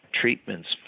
treatments